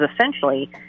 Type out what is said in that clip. essentially